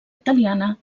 italiana